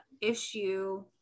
issue